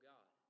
God